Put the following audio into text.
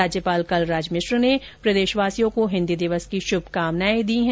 राज्यपाल कलराज मिश्र ने प्रदेशवासियों को हिन्दी दिवस की श्रभकामनायें दीं हैं